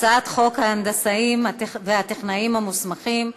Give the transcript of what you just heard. הצעת חוק ההנדסאים והטכנאים המוסמכים (תיקון,